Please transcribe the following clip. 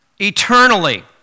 eternally